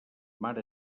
mar